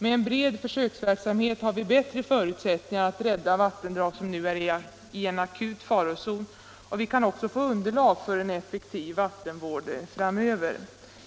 Med en bred försöksverksamhet har vi bättre förutsättningar att rädda vattenområden som nu är i en akut farozon, och vi kan också få underlag för en effektiv vattenvård framöver.